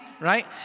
Right